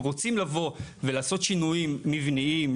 רוצים לבוא ולעשות שינויים מבניים,